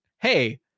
hey